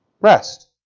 Rest